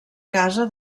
casa